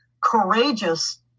courageous